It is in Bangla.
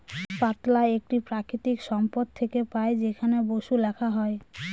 পাতলা একটি প্রাকৃতিক সম্পদ থেকে পাই যেখানে বসু লেখা হয়